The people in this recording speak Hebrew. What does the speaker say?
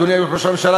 אדוני ראש הממשלה,